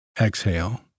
exhale